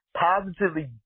positively